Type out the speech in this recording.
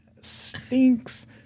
Stinks